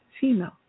Female